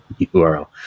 URL